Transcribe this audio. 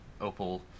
Opal